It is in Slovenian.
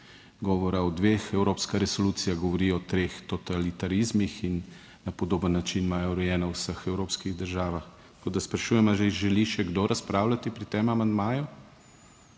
govora o dveh. Evropska resolucija govori o treh totalitarizmih in na podoben način imajo urejeno v vseh evropskih državah. Tako, da sprašujem ali želi še kdo razpravljati pri tem amandmaju?